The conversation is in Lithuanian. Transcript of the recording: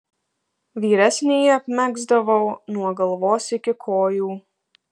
vyresnįjį apmegzdavau nuo galvos iki kojų